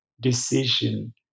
decision